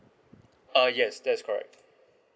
uh yes that's correct